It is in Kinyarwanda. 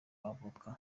avoka